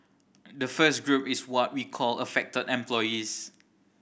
the first group is what we called affected employees